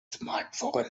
smartphone